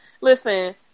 Listen